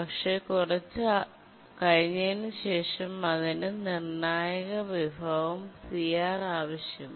പക്ഷേ കുറച്ചു കഴിഞ്ഞതിനുശേഷം അതിന് നിർണായക വിഭവം CR ആവശ്യമായി